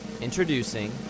introducing